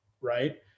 Right